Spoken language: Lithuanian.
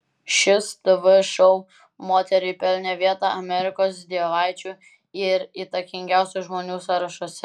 šis tv šou moteriai pelnė vietą amerikos dievaičių ir įtakingiausių žmonių sąrašuose